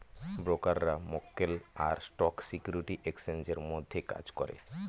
ব্রোকাররা মক্কেল আর স্টক সিকিউরিটি এক্সচেঞ্জের মধ্যে কাজ করে